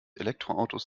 elektroautos